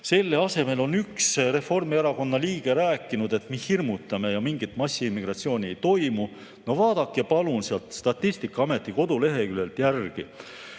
Selle asemel on üks Reformierakonna liige rääkinud, et me hirmutame ja mingit massiimmigratsiooni ei toimu. No vaadake palun sealt Statistikaameti koduleheküljelt järgi: